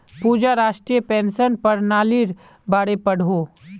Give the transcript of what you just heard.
पूजा राष्ट्रीय पेंशन पर्नालिर बारे पढ़ोह